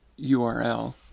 URL